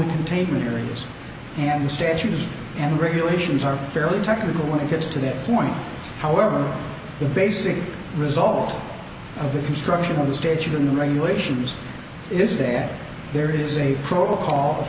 the container rings and the statues and regulations are fairly technical when it gets to that point however the basic result of the construction of the stage in the regulations is that there is a protocol of